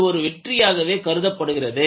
இது ஒரு வெற்றியாகவே கருதப்படுகிறது